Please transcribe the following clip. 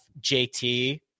JT